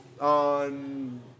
on